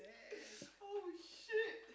holy shit